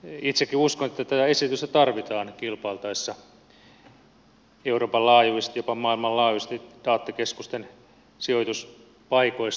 itsekin uskon että tätä esitystä tarvitaan kilpailtaessa euroopan laajuisesti jopa maailmanlaajuisesti datakeskusten sijoituspaikoista